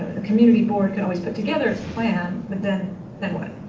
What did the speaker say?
community board can always put together its plan but then then what?